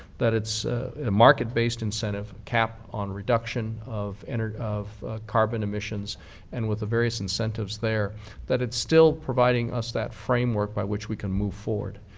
that it's a market-based incentive cap on reduction of and of carbon emissions and with the various incentives there that it's still providing us that framework by which we can move forward.